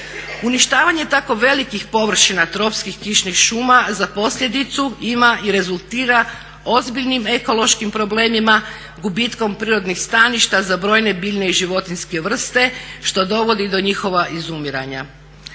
Uništavanje tako velikih površina tropskih kišnih šuma za posljedicu ima i rezultira ozbiljnim ekološkim problemima, gubitkom prirodnih staništa za brojne biljne i životinjske vrste što dovodi do njihova izumiranja.